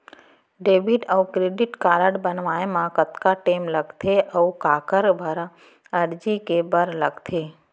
Debit अऊ credit card बनवाए मा कतका टेम लगथे, अऊ काखर करा अर्जी दे बर लगथे?